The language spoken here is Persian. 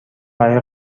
برای